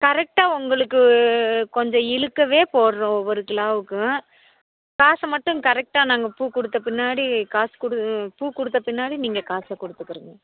கரெக்டாக உங்களுக்கு கொஞ்சம் இழுக்கவே போடுறோம் ஒவ்வொரு கிலோவுக்கும் காசை மட்டும் கரெக்டாக நாங்கள் பூ கொடுத்த பின்னாடி காசு கொடு பூ கொடுத்த பின்னாடி நீங்கள் காசை கொடுத்துக்கிருங்க